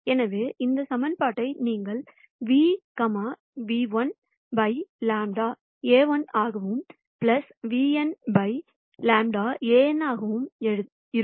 எனவே இந்த சமன்பாட்டை நீங்கள் v v1 by λ A1 ஆகவும் vn by λ Anஆகவும் இருக்கும்